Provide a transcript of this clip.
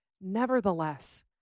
Nevertheless